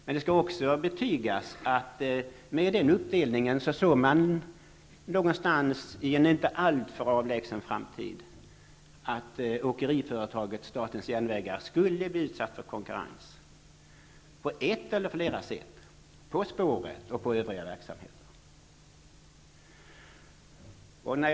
Det skall också betygas att man med den uppdelningen någonstans såg, i en inte alltför avlägsen framtid, att åkeriföretaget statens järnvägar skulle bli utsatt för konkurrens, på ett eller flera sätt, i spårverksamheten och övriga verksamheter.